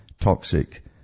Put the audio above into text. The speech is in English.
toxic